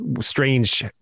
strange